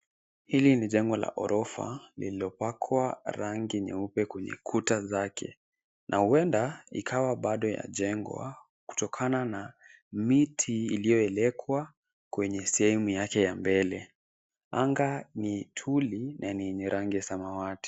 Hili ni jengo la ghorofa lililopakwa rangi nyeupe kwenye kuta zake na huenda ikawa bado yajengwa kutokana na miti iliyoelekwa kwenye sehemu yake ya mbele. Anga ni tuli na ni yenye rangi ya samawati.